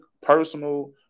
personal